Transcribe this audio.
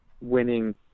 winning